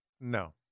No